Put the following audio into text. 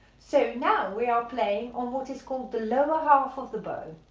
so now we are playing on what is called the lower half of the bow.